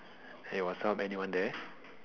eh what's up anyone there